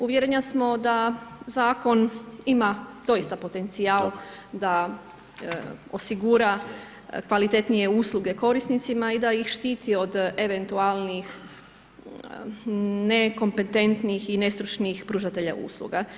Uvjerenja smo da zakon ima doista potencijal da osigura kvalitetnije usluge korisnicima i da ih štiti od eventualnih nekompetentnih i nestručnih pružatelja usluga.